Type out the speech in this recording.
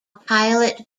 pilot